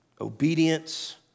Obedience